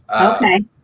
Okay